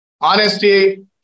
Honesty